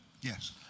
Yes